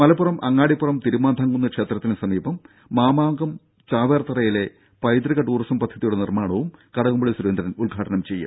മലപ്പുറം അ ് അങ്ങാടിപ്പുറം തിരുമാന്ധാംകുന്ന് ക്ഷേത്രത്തിന് സമീപം മാമാങ്കം ചാവേർ തറയിലെ പൈതൃക ടൂറിസം പദ്ധതിയുടെ നിർമ്മാണവും കടകംപള്ളി സുരേന്ദ്രൻ ഉദ്ഘാടനം ചെയ്യും